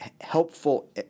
helpful